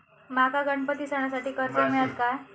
माका गणपती सणासाठी कर्ज मिळत काय?